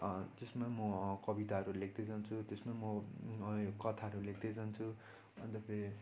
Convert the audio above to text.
त्यसमा म कविताहरू लेख्दै जान्छु त्यसमा म यो कथाहरू लेख्दै जान्छु अन्त फेरि